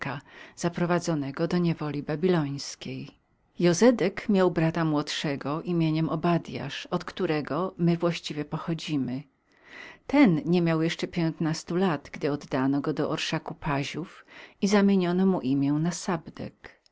zaprowadzonego do niewoli babilońskiej jozedek miał brata młodszego nazwiskiem obadiaha od którego my właśnie pochodzimy ten nie miał jeszcze piętnastu lat gdy oddano go do orszaku paziów i zamieniono mu nazwisko na